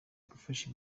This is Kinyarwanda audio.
gufasha